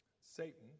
Satan